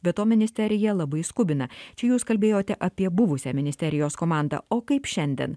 be to ministerija labai skubina čia jūs kalbėjote apie buvusią ministerijos komandą o kaip šiandien